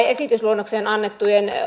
esitysluonnokseen